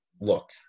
look